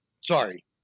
Sorry